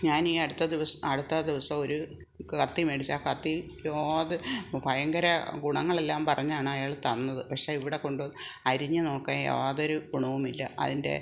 ഞാൻ ഈ അടുത്ത ദിവസ് അടുത്ത ദിവസം ഒരു കത്തി മേടിച്ചു ആ കത്തി യാത് ഭയങ്കര ഗുണങ്ങളെല്ലാം പറഞ്ഞാണ് അയാൾ തന്നത് പക്ഷേ ഇവിടെ കൊണ്ടുവന്ന് അരിഞ്ഞ് നോക്കി യാതൊരു ഗുണവുമില്ല അതിൻ്റെ